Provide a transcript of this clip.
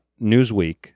Newsweek